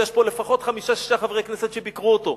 ויש פה לפחות חמישה-שישה חברי כנסת שביקרו אותו.